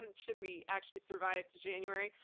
and should we actually survive to january.